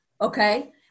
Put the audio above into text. Okay